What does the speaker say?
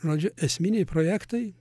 žodžiu esminiai projektai